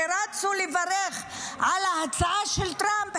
שרצו לברך על ההצעה של טראמפ.